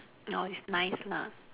orh it's nice lah